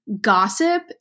gossip